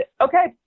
okay